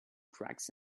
cracks